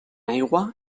aigua